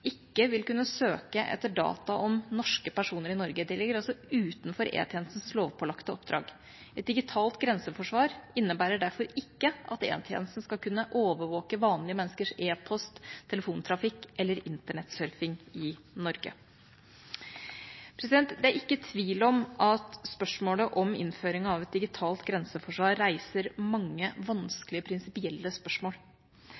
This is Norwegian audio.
ikke vil kunne søke etter data om norske personer i Norge. Det ligger utenfor E-tjenestens lovpålagte oppdrag. Et digitalt grenseforsvar innebærer derfor ikke at E-tjenesten skal kunne overvåke vanlige menneskers e-post, telefontrafikk eller Internett-surfing i Norge. Det er ikke tvil om at spørsmålet om innføringen av et digitalt grenseforsvar reiser mange